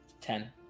Ten